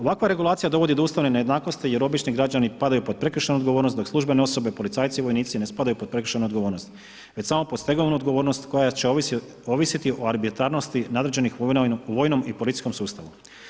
Ovakva regulacija dovodi do ustavne nejednakosti jer obični građani padaju pod prekršajnu odgovornost, dok službene osobe, policajci i vojnici ne spadaju pod prekršajnu odgovornost već samo pod stegovnu odgovornost koja će ovisiti o arbitrarnosti nadređenih u vojnom i policijskom sustavu.